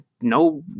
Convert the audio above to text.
no